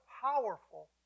powerful